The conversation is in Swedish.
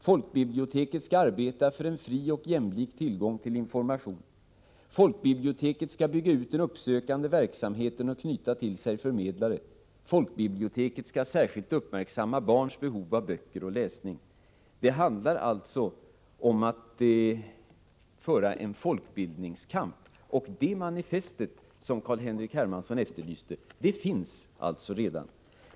—- Folkbiblioteket skall arbeta för en fri och jämlik tillgång till information. — Folkbiblioteket skall bygga ut den uppsökande verksamheten och knyta till sig förmedlare. —- Folkbiblioteket skall särskilt uppmärksamma barns behov av böcker och läsning. Det är således fråga om att föra en folkbildningskamp, och det manifest som Carl-Henrik Hermansson efterlyste finns alltså redan.